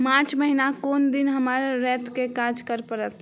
मार्च महिनाक कोन दिन हमरा रातिके काज करऽ पड़त